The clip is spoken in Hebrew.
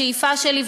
השאיפה שלי,